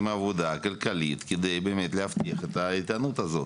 עבודה כלכלית כדי באמת להבטיח את האיתנות הזו.